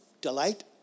delight